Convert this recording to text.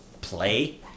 play